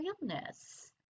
realness